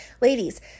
Ladies